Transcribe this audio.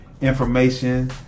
information